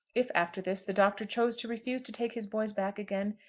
if after this the doctor chose to refuse to take his boys back again,